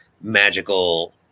magical